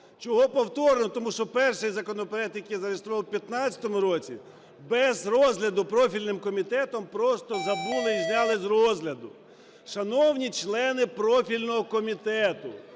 Чого повторно, тому що перший законопроект, який зареєстрований в 15-му році, без розгляду профільним комітетом просто забули і зняли з розгляду. Шановні члени профільного комітету,